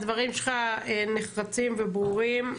הדברים שלך נחרצים וברורים.